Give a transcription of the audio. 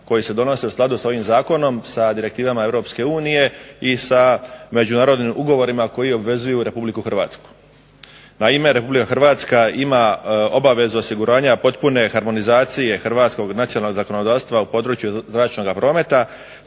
koji se donose u skladu sa ovim zakonom sa direktivama EU i sa međunarodnim ugovorima koji obvezuju RH. A ime RH ima obavezu osiguranja potpune harmonizacije hrvatskog nacionalnog zakonodavstva u području zračnog prometa